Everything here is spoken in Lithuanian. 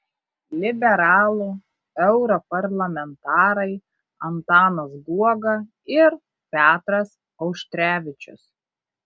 liberalų europarlamentarai antanas guoga ir petras auštrevičius